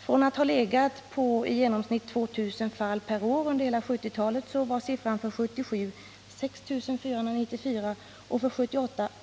Från att ha legat på i genomsnitt 2 000 fall per år under hela 1970-talet var siffran 6 494 för 1977 och